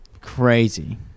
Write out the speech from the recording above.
crazy